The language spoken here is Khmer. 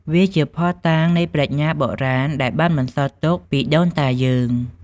វាជាភស្តុតាងនៃប្រាជ្ញាបុរាណដែលបានបន្សល់ទុកពីដូនតាយើង។